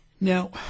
Now